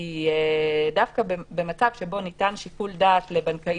כי דווקא במצב שבו ניתן שיקול דעת לבנקאי,